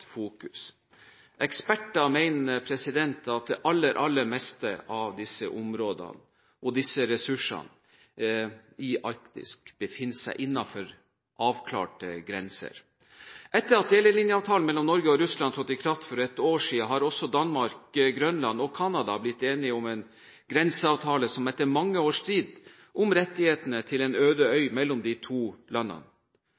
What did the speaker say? fokus. Eksperter mener at det aller, aller meste av disse områdene og disse ressursene i Arktis befinner seg innenfor avklarte grenser. Etter at delelinjeavtalen mellom Norge og Russland trådte i kraft for ett år siden, har også Danmark-Grønland og Canada etter mange års strid blitt enige om en grenseavtale om rettighetene til en øde øy